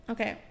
Okay